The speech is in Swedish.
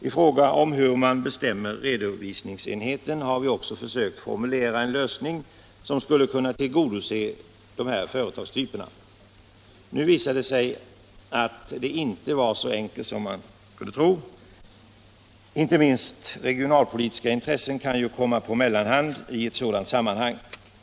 I frågan om hur man bestämmer redovisningsenheten har 153 vi också försökt formulera en lösning som skulle kunna tillgodose de här företagstyperna. Nu visade det sig att det inte var så enkelt som man kunde tro. Inte minst regionalpolitiska intressen kan ju komma på mellanhand i ett sådant sammanhang.